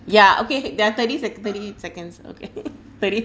ya okay there are thirty sec~ thirty seconds okay thirty